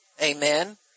Amen